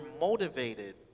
motivated